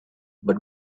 but